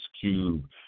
Cube